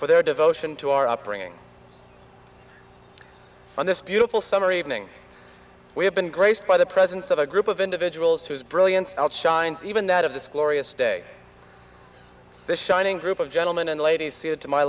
for their devotion to our upbringing on this beautiful summer evening we have been graced by the presence of a group of individuals whose brilliance shines even that of this glorious day the shining group of gentlemen and ladies said to my